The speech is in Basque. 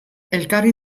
elkarri